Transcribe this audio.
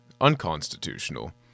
unconstitutional